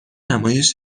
نمایش